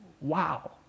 wow